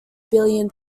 billion